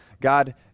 God